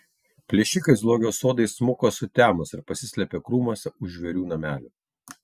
plėšikai į zoologijos sodą įsmuko sutemus ir pasislėpė krūmuose už žvėrių namelių